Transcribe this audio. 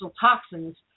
toxins